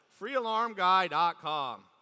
FreeAlarmGuy.com